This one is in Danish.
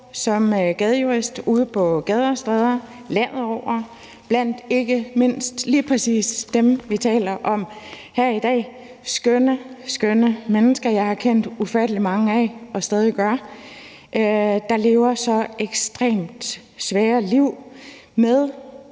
som gadejurist ude på gader og stræder landet over – ikke mindst lige præcis blandt dem, vi taler om her i dag, skønne, skønne mennesker – at jeg har kendt ufattelig mange, og det gør jeg stadig, der lever så ekstremt svære liv og